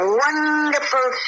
wonderful